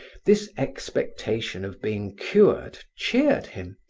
this expectation of being cured cheered him,